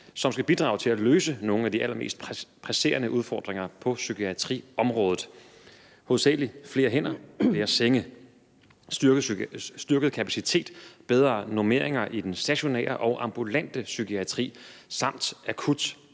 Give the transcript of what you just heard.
som skal bidrage til at løse nogle af de allermest presserende udfordringer på psykiatriområdet: hovedsagelig flere hænder, flere senge, styrket kapacitet, bedre normeringer i den stationære og ambulante psykiatri og